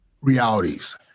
realities